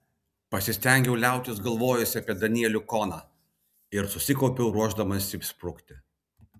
pasistengiau liautis galvojusi apie danielių koną ir susikaupiau ruošdamasi sprukti